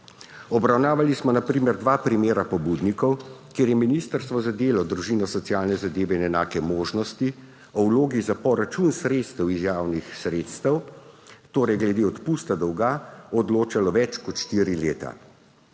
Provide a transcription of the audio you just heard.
Obravnavali smo na primer dva primera pobudnikov, kjer je Ministrstvo za delo, družino, socialne zadeve in enake možnosti o vlogi za poračun sredstev iz javnih sredstev, torej glede odpusta dolga, odločalo več kot štiri leta.